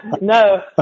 no